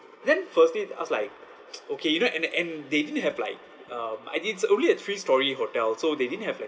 then firstly I was like okay you know and and they didn't have like uh I mean it's only a three storey hotel so they didn't have like